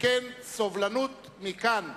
שכן סובלנות מכאן,